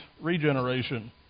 Regeneration